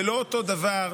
זה לא אותו דבר.